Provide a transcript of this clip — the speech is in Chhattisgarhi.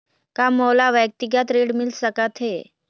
का मोला व्यक्तिगत ऋण मिल सकत हे?